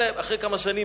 ואחרי כמה שנים,